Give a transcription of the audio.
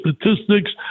statistics